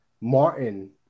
Martin